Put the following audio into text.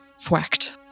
thwacked